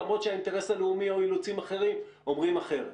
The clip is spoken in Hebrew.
למרות שהאינטרס הלאומי או אילוצים אחרים אומרים אחרת.